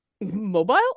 Mobile